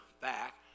back